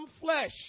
flesh